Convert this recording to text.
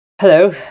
Hello